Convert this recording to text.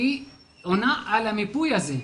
היא עונה על המיפוי הזה.